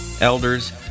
elders